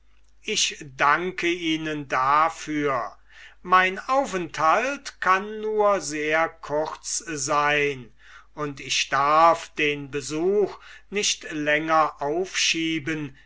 ich danke ihnen dafür mein aufenthalt kann nur sehr kurz sein und ich darf den besuch nicht länger aufschieben